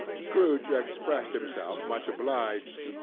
scrooge expressed himself much obliged,